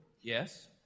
yes